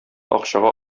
акчага